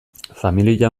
familia